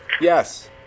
Yes